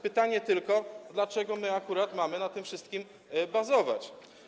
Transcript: Pytanie tylko, dlaczego my akurat mamy na tym wszystkim bazować.